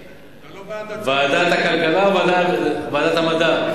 ועדת הכלכלה או ועדת המדע?